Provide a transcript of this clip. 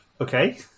Okay